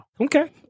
Okay